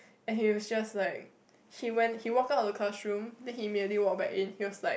and he was just like he went he walk out of the classroom then he immediately walk back in he was like